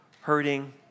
hurting